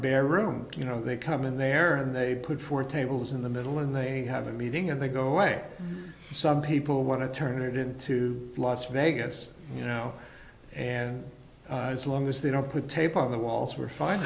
bare room you know they come in there and they put four tables in the middle and they have a meeting and they go away some people want to turn it into las vegas you know and as long as they don't put tape on the walls we're fine